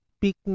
pick